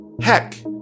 Heck